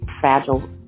fragile